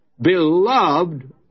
beloved